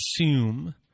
assume